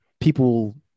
people